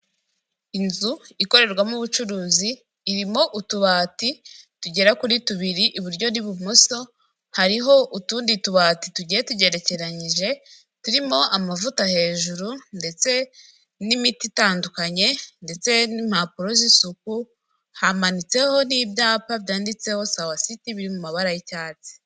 Inzu ikorerwamo ubucuruzi, irimo utubati tugera kuri tubiri, iburyo n'ibumoso hariho utundi tubati tugiye tugerekeranyije turimo amavuta hejuru ndetse n'imiti itandukanye ndetse n'impapuro z'isuku, hamanitseho n'ibyapa byanditseho sawa siti biri mu mabara y'icyatsi.